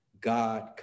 God